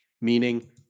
meaning